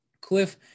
Cliff